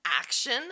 action